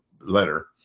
letter